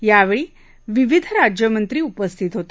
यावेळी विविध राज्यमंत्री उपस्थित होते